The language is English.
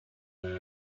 their